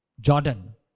jordan